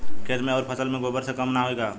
खेत मे अउर फसल मे गोबर से कम ना होई?